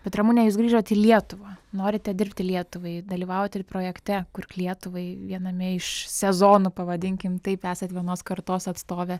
bet ramune jūs grįžot į lietuvą norite dirbti lietuvai dalyvauti ir projekte kurk lietuvai viename iš sezonų pavadinkim taip esate vienos kartos atstovė